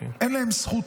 אין להם זכות